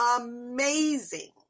amazing